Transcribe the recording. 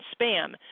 spam